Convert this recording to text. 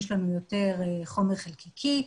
יש לנו יותר חומר חלקיקי,